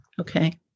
Okay